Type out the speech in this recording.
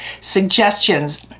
suggestions